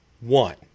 one